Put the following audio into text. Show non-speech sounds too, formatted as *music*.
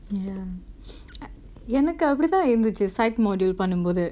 yeah *noise* i~ எனக்கு அப்படிதா இருந்துச்சு:enakku appadithaa irunthuchu site module பண்ணும்போது:pannumpothu